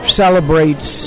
celebrates